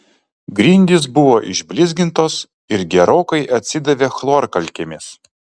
grindys buvo išblizgintos ir gerokai atsidavė chlorkalkėmis